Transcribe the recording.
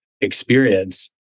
experience